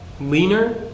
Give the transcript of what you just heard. leaner